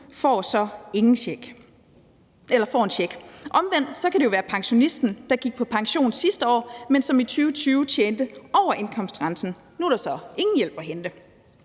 Han eller hun får så en check. Omvendt kan det være for pensionisten, der gik på pension sidste år, men som i 2020 tjente over indkomstgrænsen. Nu er der så ingen hjælp at hente.